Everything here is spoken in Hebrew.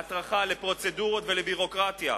להטרחה, לפרוצדורות ולביורוקרטיה,